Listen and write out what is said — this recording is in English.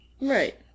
Right